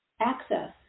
access